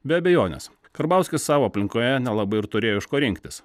be abejonės karbauskis savo aplinkoje nelabai ir turėjo iš ko rinktis